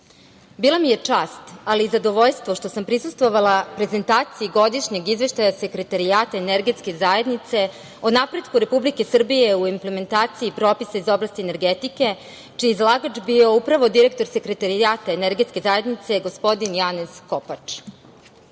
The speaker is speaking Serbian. Bila mi je čast, ali i zadovoljstvo, što sam prisustvovala prezentaciji Godišnjeg izveštaja Sekretarijata energetske zajednice o napretku Republike Srbije u implementaciji propisa iz oblasti energetike, čiji je izlagač bio upravo direktor Sekretarijata energetske zajednice, gospodin Janez Kopač.